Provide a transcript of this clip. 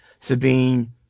Sabine